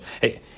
hey